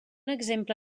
exemple